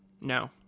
No